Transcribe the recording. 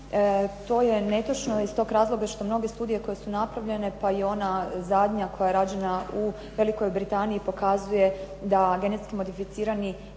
To je netočno iz tog razloga što mnoge studije koje su napravljene pa i onda zadnja koja je rađena u Velikoj Britaniji pokazuje da genetski modificirani